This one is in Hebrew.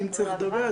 אם צריך לדבר,